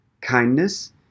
kindness